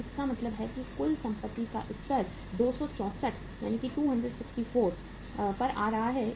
तो इसका मतलब है कि कुल संपत्ति का स्तर 264 पर आ रहा है